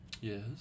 Yes